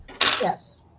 Yes